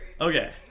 Okay